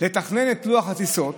לתכנן את לוח הטיסות